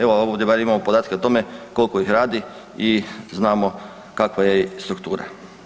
Evo ovdje bar imamo podatke o tome koliko ih radi i znamo kakva je struktura.